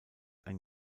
ein